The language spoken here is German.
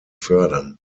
fördern